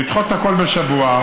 היא לדחות הכול בשבוע,